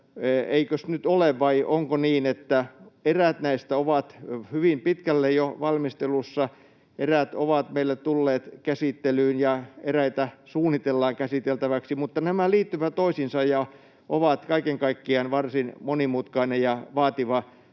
eikös nyt ole vai onko niin, että eräät näistä ovat hyvin pitkälle jo valmistelussa, eräät ovat meille tulleet käsittelyyn ja eräitä suunnitellaan käsiteltäväksi mutta nämä liittyvät toisiinsa ja ovat kaiken kaikkiaan varsin monimutkainen ja vaativa lakitekninen